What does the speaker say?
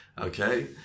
Okay